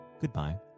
goodbye